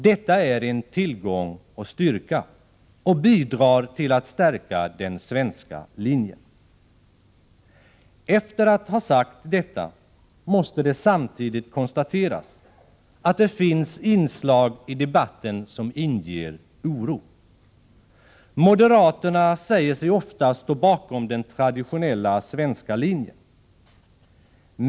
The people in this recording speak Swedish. Detta är en tillgång och styrka och bidrar till att stärka den svenska linjen. Efter att ha sagt detta, måste jag samtidigt konstatera att det finns inslag i debatten som inger oro. Moderaterna säger sig ofta stå bakom den traditionella svenska linjen.